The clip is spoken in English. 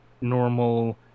normal